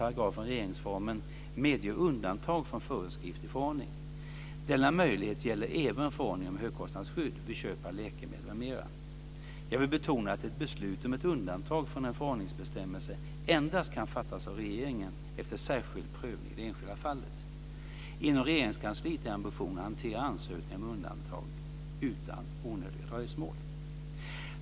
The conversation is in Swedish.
Regeringen har emellertid möjlighet att, med stöd av 11 Jag vill betona att ett beslut om ett undantag från en förordningsbestämmelse endast kan fattas av regeringen efter särskild prövning i det enskilda fallet. Inom Regeringskansliet är ambitionen att hantera ansökningar om undantag utan onödiga dröjsmål.